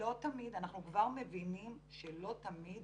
אנחנו כבר מבינים שלא תמיד,